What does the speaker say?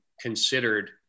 considered